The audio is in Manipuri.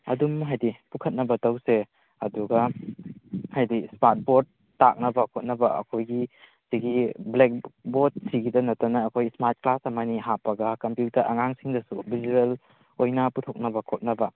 ꯑꯗꯨꯝ ꯍꯥꯏꯗꯤ ꯄꯨꯈꯠꯅꯕ ꯇꯧꯁꯦ ꯑꯗꯨꯒ ꯍꯥꯏꯗꯤ ꯏꯁꯃꯥꯔꯠ ꯕꯣꯔꯗ ꯇꯥꯛꯅꯕ ꯈꯣꯠꯅꯕ ꯑꯩꯈꯣꯏꯒꯤ ꯁꯤꯒꯤ ꯕ꯭ꯂꯦꯛ ꯕꯣꯔꯗꯁꯤꯒꯤꯗ ꯅꯠꯇꯅ ꯑꯩꯈꯣꯏ ꯁꯃꯥꯔꯠ ꯀ꯭ꯂꯥꯁ ꯑꯃ ꯑꯅꯤ ꯍꯥꯞꯄꯒ ꯀꯝꯄ꯭ꯌꯨꯇꯔ ꯑꯉꯥꯡꯁꯤꯡꯗꯁꯨ ꯚꯤꯖꯨꯋꯦꯜ ꯑꯣꯏꯅ ꯄꯨꯊꯣꯛꯅꯕ ꯈꯣꯠꯅꯕ